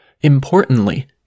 Importantly